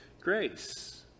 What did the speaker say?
grace